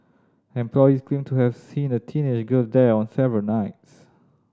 employees claimed to have seen a teenage girl there on several nights